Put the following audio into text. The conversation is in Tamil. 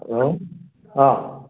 ஹலோ ஆ